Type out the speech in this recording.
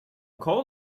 call